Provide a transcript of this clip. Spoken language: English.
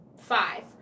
five